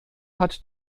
hat